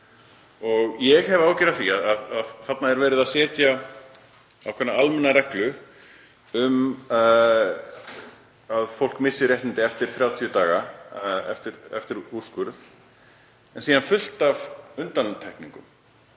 nóg. Ég hef áhyggjur af því að þarna er verið að setja ákveðna almenna reglu um að fólk missi réttindi eftir 30 daga eftir úrskurð en síðan eru fullt af undantekningum;